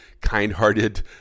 kind-hearted